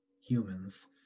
humans